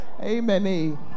amen